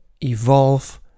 evolve